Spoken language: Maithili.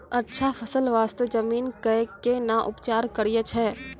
अच्छा फसल बास्ते जमीन कऽ कै ना उपचार करैय छै